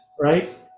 right